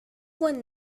one